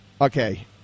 Okay